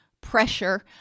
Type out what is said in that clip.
pressure